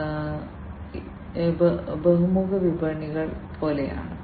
അതിനാൽ ഇവ ബഹുമുഖ വിപണികൾ പോലെയാണ്